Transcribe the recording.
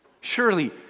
Surely